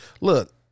Look